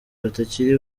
batakiri